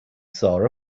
saw